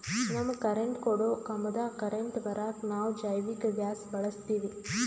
ನಮಗ ಕರೆಂಟ್ ಕೊಡೊ ಕಂಬದಾಗ್ ಕರೆಂಟ್ ಬರಾಕ್ ನಾವ್ ಜೈವಿಕ್ ಗ್ಯಾಸ್ ಬಳಸ್ತೀವಿ